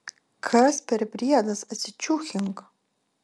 kas per briedas atsičiūchink